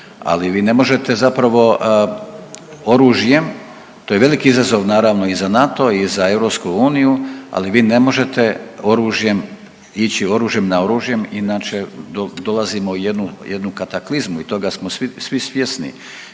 ali vi ne možete zapravo oružjem, to je veliki izazov naravno i za NATO i za EU, ali vi ne možete oružjem, ići oružjem na oružjem, inače dolazimo u jednu, jednu kataklizmu i toga smo svi, svi